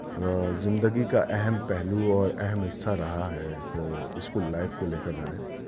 زندگی کا اہم پہلو اور اہم حصہ رہا ہے وہ اسکول لائف کو لے کر رہا ہے